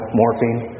morphine